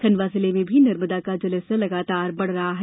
खंडवा जिले में भी नर्मदा का जलस्तर लगातार बढ़ रहा है